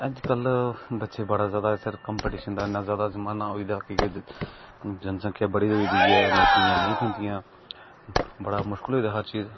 कल बच्चे बड़ा ज्यादा कमपीटीशन दा इन्ना ज्यादा जमाना होई गेदा कि जनसख्यां बड़ी होई गेदी ऐ नौकरियां नेईं थोहंदियां बड़ा मुशकिल होई गेदा हर चीज